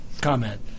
comment